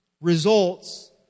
results